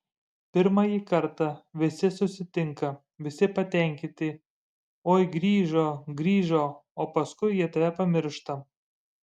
pirmąjį kartą visi susitinka visi patenkinti oi grįžo grįžo o paskui jie tave pamiršta